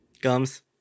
Gums